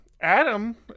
Adam